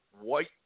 white